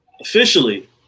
Officially